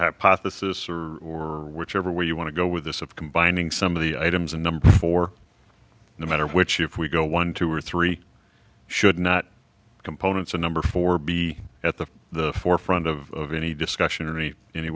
hypothesis or whichever way you want to go with this of combining some of the items and number four no matter which if we go one two or three should not components of number four be at the the forefront of any discussion or any any